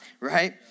right